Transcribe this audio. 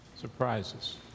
surprises